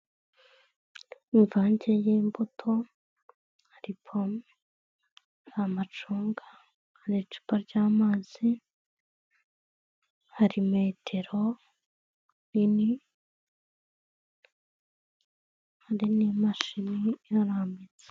Imvange y'imbuto hari pome, hari amacunga, hari icupa ry'amazi, hari metero nini, hari n'imashini iharambitse.